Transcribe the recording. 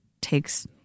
takes